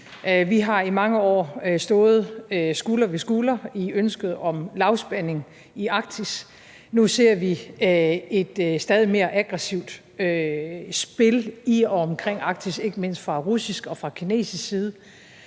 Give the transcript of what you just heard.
Vi har i mange år stået skulder ved skulder i ønsket om lavspænding i Arktis. Nu ser vi et stadig mere aggressivt spil i og omkring Arktis, ikke mindst fra russisk og kinesisk side,